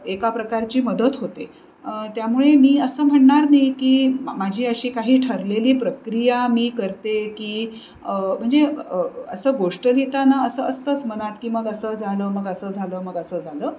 एका प्रकारची मदत होते त्यामुळे मी असं म्हणणार नाही की माझी अशी काही ठरलेली प्रक्रिया मी करते की म्हणजे असं गोष्ट लिहिताना असं असतंच मनात की मग असं झालं मग असं झालं मग असं झालं